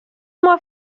moi